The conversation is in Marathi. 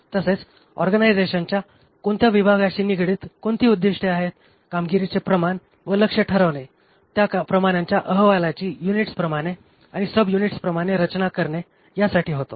तसेच ऑर्गनायझेशनच्या कोणत्या विभागाशी निगडीत कोणती उद्दिष्टे आहेत कामगिरीचे प्रमाण व लक्ष्य ठरवणे त्या प्रमाणांच्या अहवालाची युनिट्सप्रमाणे आणि सबयुनिट्सप्रमाणे रचना करणे ह्यासाठी होतो